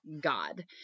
God